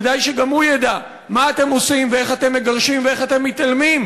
כדאי שגם הוא ידע מה אתם עושים ואיך אתם מגרשים ואיך אתם מתעלמים,